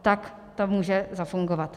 Tak to může zafungovat.